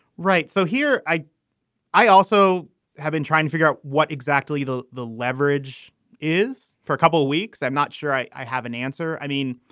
right so here i i also have been trying to figure out what exactly the the leverage is for a couple of weeks. i'm not sure i i have an answer. i mean,